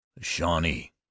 shawnee